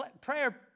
prayer